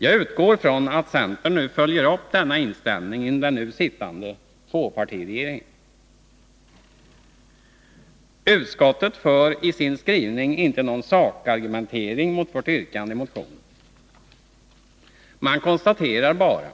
Jag utgår från att centern nu följer upp denna inställning inom den nu sittande tvåpartiregeringen. Utskottet för i sin skrivning inte någon sakargumentering mot vårt yrkande i motionen. Det konstaterar bara